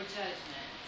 judgment